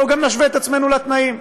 בואו גם נשווה את עצמנו בתנאים.